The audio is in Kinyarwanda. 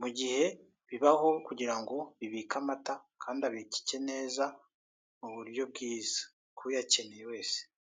mu gihe bibaho kugira ngo bibike amata kandi abikike neza mu buryo bwiza kuyakeneye wese.